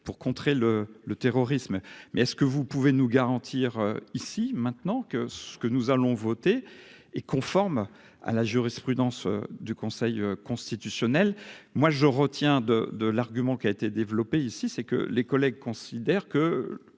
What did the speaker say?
pour contrer le le terrorisme mais est-ce que vous pouvez nous garantir ici maintenant que ce que nous allons voter et conforme à la jurisprudence du Conseil constitutionnel, moi je retiens de de l'argument qui a été développé ici, c'est que les collègues considèrent que